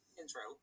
intro